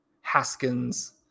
Haskins